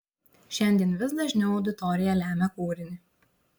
šiandien vis dažniau auditorija lemia kūrinį